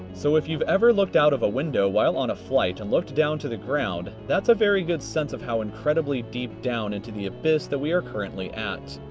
so if you've ever looked out of a window while on a flight and looked down to the ground, that's a very good sense of how incredibly deep down into the abyss that we are currently at.